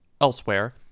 elsewhere